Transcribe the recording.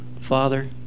Father